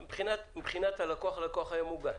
מבחינת הלקוח, הלקוח היה מוגן.